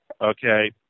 Okay